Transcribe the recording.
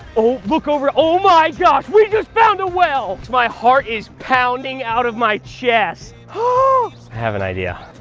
oh, look over oh my gosh, we just found a well. my heart is pounding out of my chest. oh. have an idea.